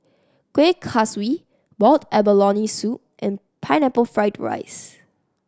Kuih Kaswi boiled abalone soup and Pineapple Fried rice